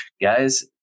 guys